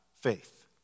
faith